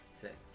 Six